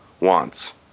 wants